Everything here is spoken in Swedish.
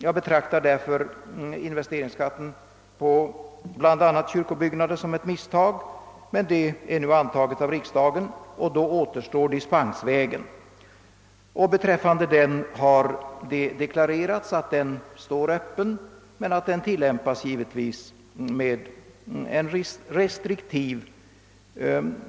Jag betraktar därför investeringsskatten på bl.a. kyrkobyggen som ett misstag. Men investeringsavgiften är som sagt godtagen av riksdagen, och då återstår dispensvägen. Beträffande denna har deklarerats att den står öppen men att tillståndsgivningen självfallet är restriktiv.